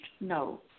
no